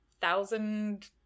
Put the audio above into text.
thousand